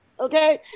Okay